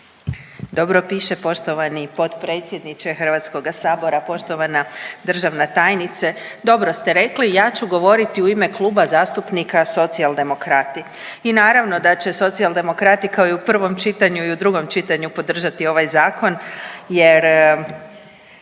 Dobro piše poštovani potpredsjedniče HS, poštovana državna tajnice. Dobro ste rekli, ja ću govoriti u ime Kluba zastupnika Socijaldemokrati i naravno da će Socijaldemokrati kao i u prvom čitanju i u drugom čitanju podržati ovaj zakon jer